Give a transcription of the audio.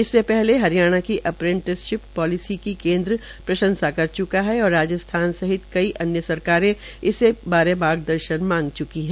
इससे पहले हरियाणा की अप्रेटिंसशिप पोलिसी की केन्द्र प्रंशसा कर च्का है और राजस्थान सहित कई अन्य सरकारें इस बारे मार्गदर्शन् भी मांग च्की है